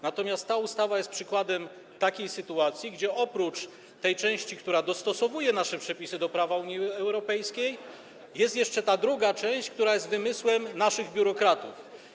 Natomiast ta ustawa jest przykładem takiej sytuacji, w której oprócz części, która dostosowuje nasze przepisy do prawa Unii Europejskiej, jest jeszcze druga część, która jest wymysłem naszych biurokratów.